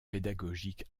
pédagogique